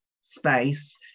space